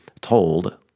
told